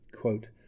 Quote